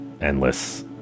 endless